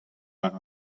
war